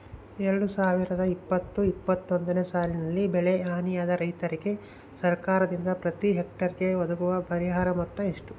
ಎರಡು ಸಾವಿರದ ಇಪ್ಪತ್ತು ಇಪ್ಪತ್ತೊಂದನೆ ಸಾಲಿನಲ್ಲಿ ಬೆಳೆ ಹಾನಿಯಾದ ರೈತರಿಗೆ ಸರ್ಕಾರದಿಂದ ಪ್ರತಿ ಹೆಕ್ಟರ್ ಗೆ ಒದಗುವ ಪರಿಹಾರ ಮೊತ್ತ ಎಷ್ಟು?